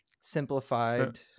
simplified